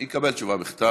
יקבל תשובה בכתב,